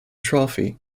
trophy